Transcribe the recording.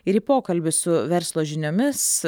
ir į pokalbį su verslo žiniomis